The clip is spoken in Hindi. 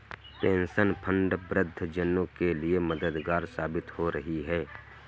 पेंशन फंड वृद्ध जनों के लिए मददगार साबित हो रही है